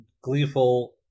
gleeful